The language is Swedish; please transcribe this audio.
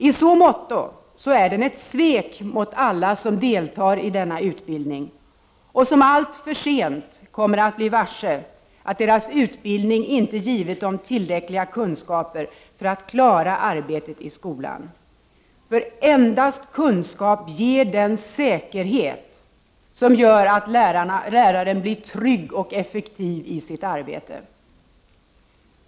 I så måtto är den ett svek mot alla som nu deltar i denna utbildning och som alltför sent kommer att bli varse att deras utbildning inte givit dem tillräckliga kunskaper för att klara arbetet i skolan. Endast kunskap ger den säkerhet som gör att läraren blir trygg och effektiv i sitt arbete.